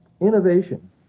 innovation